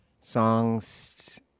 songs